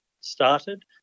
started